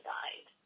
died